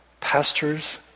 pastors